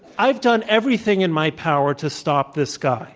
i've done everything in my power to stop this guy.